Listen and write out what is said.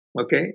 okay